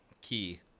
Key